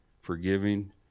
forgiving